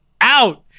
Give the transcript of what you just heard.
out